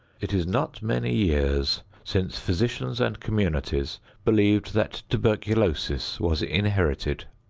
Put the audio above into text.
it is not many years since physicians and communities believed that tuberculosis was inherited.